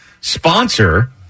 sponsor